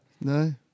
No